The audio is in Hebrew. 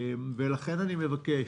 ולכן אני מבקש,